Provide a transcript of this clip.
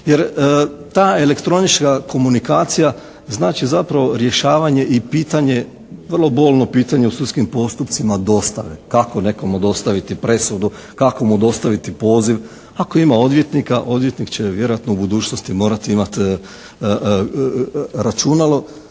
jer ta elektronička komunikacija znači zapravo rješavanje i pitanje, vrlo bolno pitanje u sudskim postupcima dostave. Kako nekomu dostaviti presudu, kako mu dostaviti poziv? Ako ima odvjetnika, odvjetnik će vjerojatno u budućnosti morati imati računalo